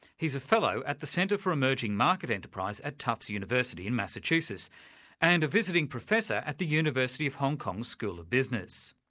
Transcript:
he's a at the centre for emerging market enterprise at tufts university in massachusetts and a visiting professor at the university of hong kong's school of business.